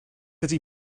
ydy